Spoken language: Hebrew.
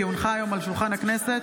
כי הונחה היום על שולחן הכנסת,